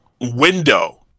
window